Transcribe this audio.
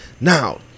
now